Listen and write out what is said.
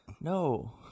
no